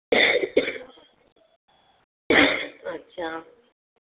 अच्छा